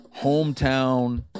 hometown